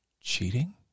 Cheating